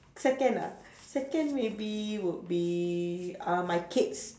second ah second maybe would be uh my kids